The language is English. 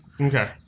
Okay